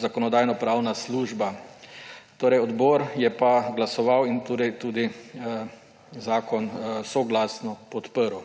Zakonodajno-pravna služba, odbor je pa glasoval in tudi zakona soglasno podprl.